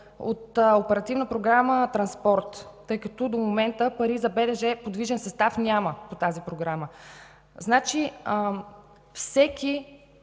от Оперативна програма „Транспорт”, тъй като до момента пари за „БДЖ – Подвижен състав” няма по тази програма. Всеки